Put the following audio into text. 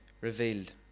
revealed